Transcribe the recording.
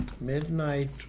Midnight